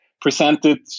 presented